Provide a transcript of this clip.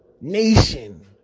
nation